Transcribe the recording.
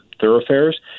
thoroughfares